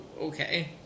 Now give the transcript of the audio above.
okay